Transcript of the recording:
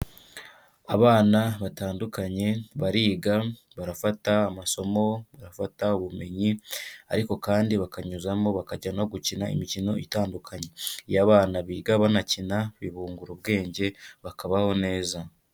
Abana batandukanye bariga, barafata amasomo, bagafata ubumenyi ariko kandi bakanyuzamo bakajya no gukina imikino itandukanye, iyo abana biga banakina bibungura ubwenge bakabaho neza.